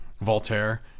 Voltaire